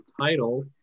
title